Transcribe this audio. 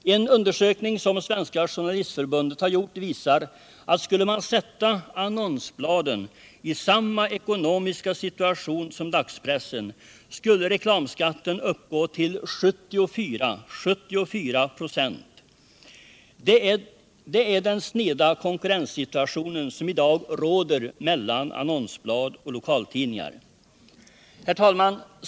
En undersökning som Svenska Journalistförbundet gjort visar, att skulle man sätta annonsbladen i samma ekonomiska situation som dagspressen skulle reklamskatten uppgå till 74 96. Det är den sneda konkurrenssituationen som i dag råder mellan annonsblad och lokaltidningar. Herr talman!